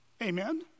Amen